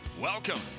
Welcome